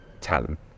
talent